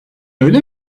öyle